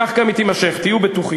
כך היא גם תימשך, תהיו בטוחים.